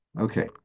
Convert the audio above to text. okay